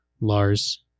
Lars